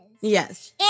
Yes